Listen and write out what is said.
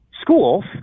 schools